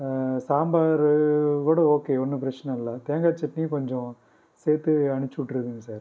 சாம்பாரு கூட ஓகே ஒன்றும் பிரச்சின இல்லை தேங்காய் சட்னியும் கொஞ்சம் சேர்த்து அனுப்புச்சுவுட்ருங்க சார்